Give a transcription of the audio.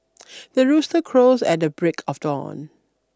the rooster crows at the break of dawn